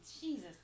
Jesus